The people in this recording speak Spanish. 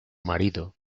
marido